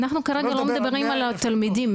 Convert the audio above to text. אנחנו כרגע לא מדברים על התלמידים.